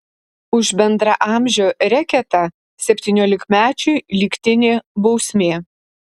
už bendraamžio reketą septyniolikmečiui lygtinė bausmė